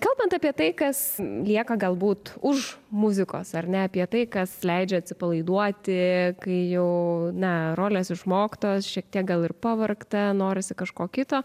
kalbant apie tai kas lieka galbūt už muzikos ar ne apie tai kas leidžia atsipalaiduoti kai jau na rolės išmoktos šiek tiek gal ir pavargta norisi kažko kito